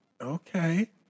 okay